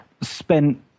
spent